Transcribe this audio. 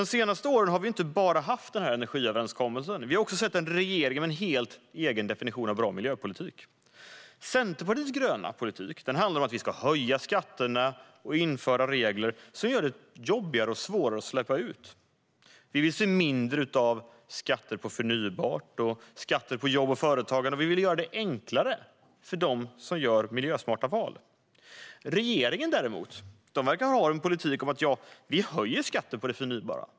De senaste åren har vi inte bara haft en energiöverenskommelse, utan vi har också sett en regering med en helt egen definition av bra miljöpolitik. Centerpartiets gröna politik handlar om att höja skatterna och införa regler som gör det jobbigare och svårare att släppa ut. Vi vill se mindre av skatter på förnybart och på jobb och företagande, och vi vill göra det enklare för dem som gör miljösmarta val. Regeringen däremot verkar ha en politik om att höja skatten på det förnybara.